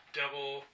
double